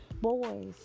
boys